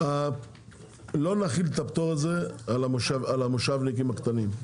לא נחיל את הפטור הזה על המושבניקים הקטנים.